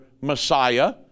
Messiah